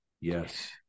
Yes